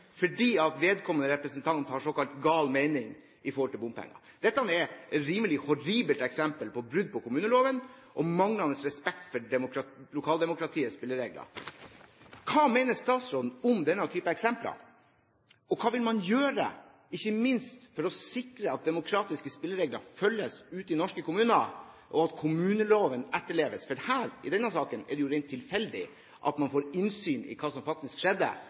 fordi vedkommende representant har såkalt gal mening når det gjelder bompenger. Dette er et rimelig horribelt eksempel på brudd på kommuneloven, og manglende respekt for lokaldemokratiets spilleregler. Hva mener statsråden om denne type eksempler, og hva vil man gjøre – ikke minst for å sikre at demokratiske spilleregler følges ute i norske kommuner, og at kommuneloven etterleves? Her i denne saken er det jo rent tilfeldig at man får innsyn i hva som faktisk skjedde,